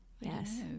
yes